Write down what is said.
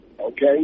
okay